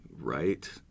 right